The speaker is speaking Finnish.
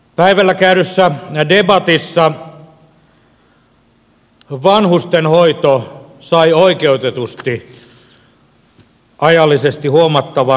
päivällä käydyssä debatissa vanhustenhoito sai oikeutetusti ajallisesti huomattavan osan debattia